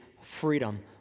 freedom